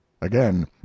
Again